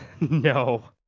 no